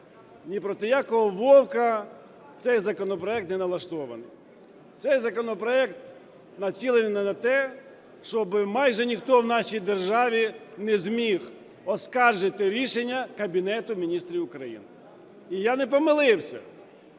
Ні проти якого Вовка цей законопроект не налаштований. Цей законопроект націлений на те, щоб майже ніхто в нашій державі не зміг оскаржити рішення Кабінету Міністрів України. І я не помилився.